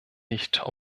nicht